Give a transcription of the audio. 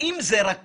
אם זה רק